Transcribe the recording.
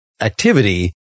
activity